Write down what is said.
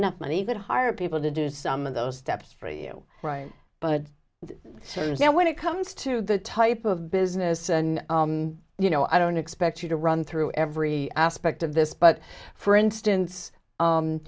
enough money you could hire people to do some of those steps for you right but now when it comes to the type of business and you know i don't expect you to run through every aspect of this but for instance